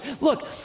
Look